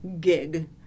gig